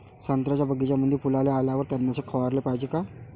संत्र्याच्या बगीच्यामंदी फुलाले आल्यावर तननाशक फवाराले पायजे का?